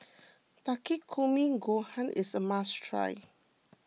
Takikomi Gohan is a must try